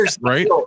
right